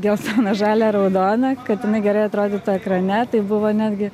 geltona žalia raudona kad jinai gerai atrodytų ekrane tai buvo netgi